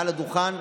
מעל הדוכן.